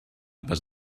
was